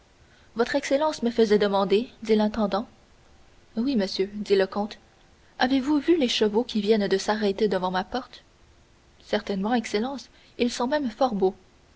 votre excellence me faisait demander dit l'intendant oui monsieur dit le comte avez-vous vu les chevaux qui viennent de s'arrêter devant ma porte certainement excellence ils sont même fort beaux